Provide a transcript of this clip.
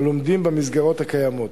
הלומדים במסגרות הקיימות.